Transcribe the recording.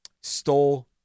Stole